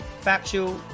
factual